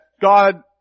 God